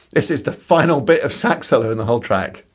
this is the final bit of sax solo in the whole track.